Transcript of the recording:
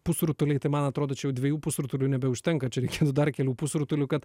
pusrutuliai tai man atrodo čia jau dviejų pusrutulių nebeužtenka čia reikėtų dar kelių pusrutulių kad